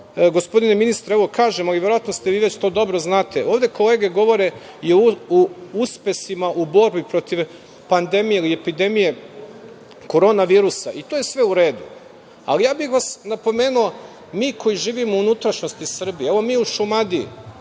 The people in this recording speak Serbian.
gospodine ministre, ali verovatno vi već to dobro znate, ovde kolege govore i o uspesima u borbi protiv pandemije ili epidemije koronavirusa i to je sve u redu. Ali, ja bih vas napomenuo, mi koji živimo u unutrašnjosti Srbije, evo mi u Šumadiji,